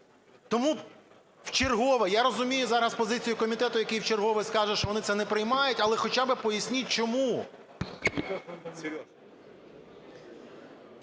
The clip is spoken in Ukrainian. Тому вчергове, я розумію зараз позицію комітету, який вчергове скаже, що вони це не приймають, але хоча би поясніть, чому?